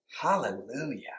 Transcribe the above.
Hallelujah